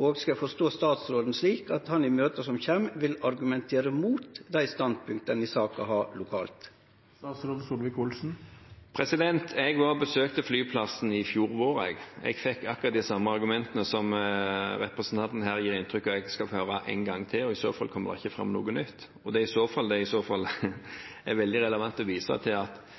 og skal eg forstå statsråden slik at han i møtet som kjem, vil argumentere mot dei standpunkta ein har i saka lokalt? Jeg besøkte flyplassen i fjor vår, og jeg fikk akkurat de samme argumentene som representanten her gir inntrykk av at jeg skal få høre én gang til, og i så fall kommer det ikke fram noe nytt.